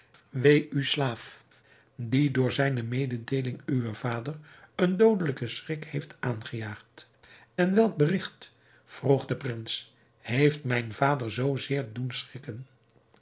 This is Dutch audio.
wee uw slaaf die door zijne mededeeling uwen vader een doodelijken schrik heeft aangejaagd en welk berigt vroeg de prins heeft mijn vader zoo zeer doen schrikken